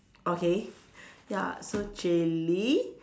okay ya so chili